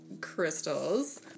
crystals